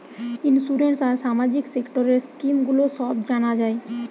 insurance আর সামাজিক সেক্টরের স্কিম গুলো সব জানা যায়